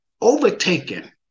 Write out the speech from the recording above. overtaken